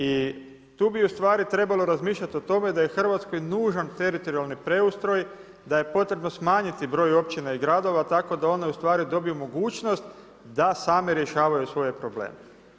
I tu bi trebalo razmišljati o tome da je Hrvatskoj nužan teritorijalni preustroj, da je potrebno smanjiti broj općina i gradova tako da one dobiju mogućnost da same rješavaju svoje probleme.